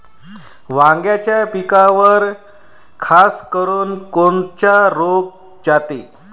वांग्याच्या पिकावर खासकरुन कोनचा रोग जाते?